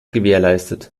gewährleistet